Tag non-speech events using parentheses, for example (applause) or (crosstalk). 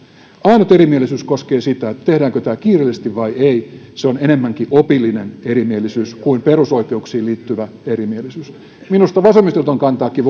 ainut erimielisyys koskee sitä tehdäänkö tämä kiireellisesti vai ei ja se on enemmänkin opillinen erimielisyys kuin perusoikeuksiin liittyvä erimielisyys minusta vasemmistoliiton kantaakin (unintelligible)